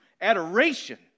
Adoration